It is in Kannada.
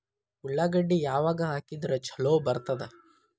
ಉಳ್ಳಾಗಡ್ಡಿ ಯಾವಾಗ ಹಾಕಿದ್ರ ಛಲೋ ಬರ್ತದ?